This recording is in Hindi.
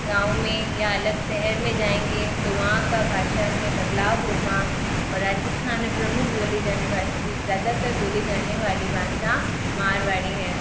गाँव में या अलग शहर में जाएंगे तो वहाँ का भाषा में बदलाव होगा और राजस्थान में प्रमुख बोली जाने वासी ज़्यादातर बोली जाने वाली भाषा मारवाड़ी है